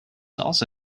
also